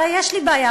אולי יש לי בעיה,